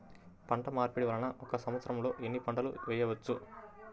పంటమార్పిడి వలన ఒక్క సంవత్సరంలో ఎన్ని పంటలు వేయవచ్చు?